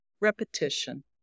Repetition